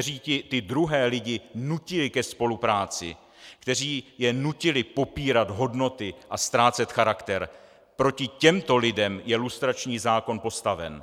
kteří ty druhé lidi nutili ke spolupráci, kteří je nutili popírat hodnoty a ztrácet charakter proti těmto lidem je lustrační zákon postaven.